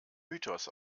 mythos